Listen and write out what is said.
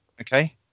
Okay